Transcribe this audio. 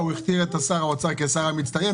הוא הכתיר את שר האוצר כשר המצטיין,